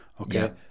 okay